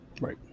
Right